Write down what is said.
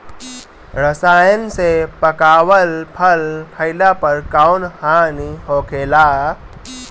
रसायन से पकावल फल खइला पर कौन हानि होखेला?